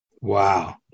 Wow